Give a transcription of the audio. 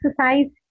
exercise